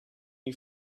you